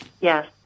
Yes